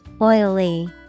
Oily